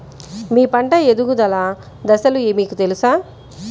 మీ పంట ఎదుగుదల దశలు మీకు తెలుసా?